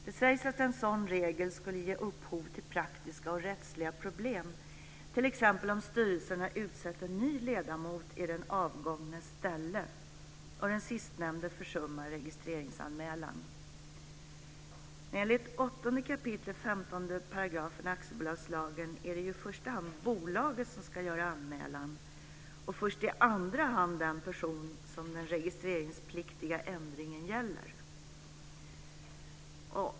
Det sägs att en sådan regel skulle ge upphov till praktiska och rättsliga problem, t.ex. om styrelsen har utsett en ny ledamot i den avgångnes ställe och den sistnämnde försummar registreringsanmälan. Enligt 8 kap. 15 § aktiebolagslagen är det ju i första hand bolaget som ska göra anmälan och först i andra hand den person som den registreringspliktiga ändringen gäller.